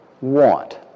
want